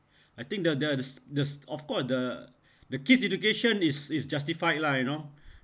I think the the there's there's of course the the kid's education is is justified lah you know